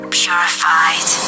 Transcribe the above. purified